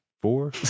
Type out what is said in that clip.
Four